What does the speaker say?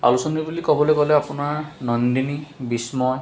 আলোচনী বুলি ক'বলৈ গ'লে আপোনাৰ নন্দিনী বিষ্ময়